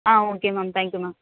ah okay ma'am thank you ma'am